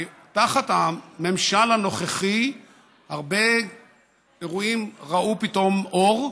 תחת הממשל הנוכחי הרבה אירועים ראו פתאום אור,